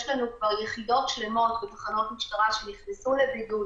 יש לנו כבר יחידות שלמות בתחנות משטרה שנכנסו לבידוד.